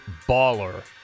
baller